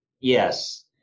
Yes